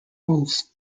holes